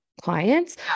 clients